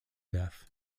death